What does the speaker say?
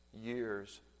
years